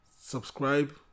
subscribe